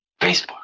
Facebook